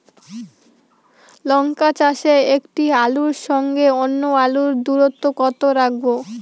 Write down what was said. লঙ্কা চাষে একটি আলুর সঙ্গে অন্য আলুর দূরত্ব কত রাখবো?